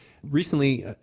Recently